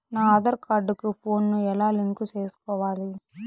నా ఆధార్ కార్డు కు ఫోను ను ఎలా లింకు సేసుకోవాలి?